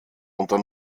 unter